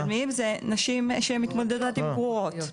שלבים מתקדמים הכוונה לנשים שמתמודדות עם גרורות.